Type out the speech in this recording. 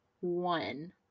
one